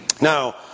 now